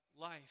life